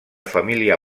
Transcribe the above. família